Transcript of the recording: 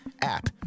app